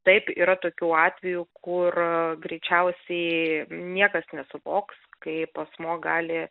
taip yra tokių atvejų kur greičiausiai niekas nesuvoks kaip asmuo gali